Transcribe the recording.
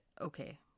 okay